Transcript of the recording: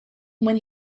when